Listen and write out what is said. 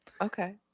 Okay